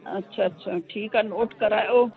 अछा अछा ठीकु आहे नोट करायो